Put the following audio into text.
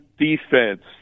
Defense